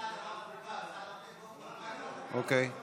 אז